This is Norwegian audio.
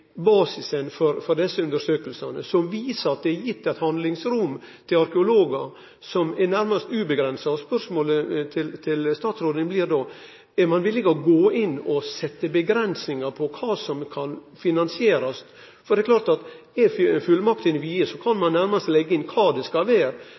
basisen for desse undersøkingane, og det viser at det er gitt eit handlingsrom til arkeologar som er nærmast uavgrensa. Spørsmålet til statsråden blir då: Er ein villig til å gå inn og setje avgrensingar med omsyn til kva som kan finansierast? For det er klart at om fullmaktene er vide, kan